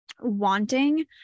wanting